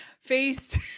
Face